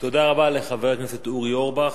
תודה רבה לחבר הכנסת אורי אורבך.